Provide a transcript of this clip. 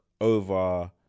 over